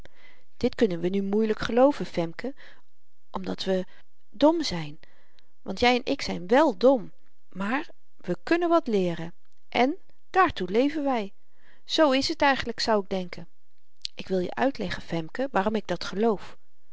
dit kunnen we nu moeielyk gelooven femke omdat we dom zyn want jy en ik zyn wèl dom maar we kunnen wat leeren en daartoe leven wy z is t eigenlyk zou ik denken ik wil je uitleggen femke waarom ik dat geloof